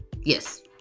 yes